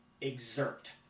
exert